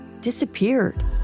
disappeared